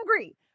angry